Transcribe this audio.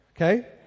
Okay